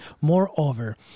Moreover